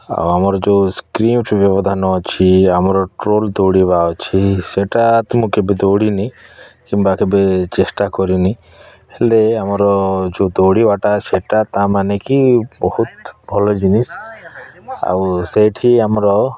ଆଉ ଆମର ଯେଉଁ ଅଛି ବ୍ୟବଧାନ ଅଛି ଆମର ଟ୍ରୋଲ ଦୌଡ଼ିବା ଅଛି ସେଇଟା ତ ମୁଁ କେବେ ଦୌଡ଼ିନି କିମ୍ବା କେବେ ଚେଷ୍ଟା କରିନି ହେଲେ ଆମର ଯେଉଁ ଦୌଡ଼ିବାଟା ସେଇଟା ତାମାନେ କି ବହୁତ ଭଲ ଜିନିଷ ଆଉ ସେଠି ଆମର